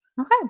Okay